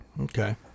Okay